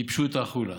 ייבשו את החולה.